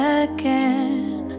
again